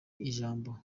ijambo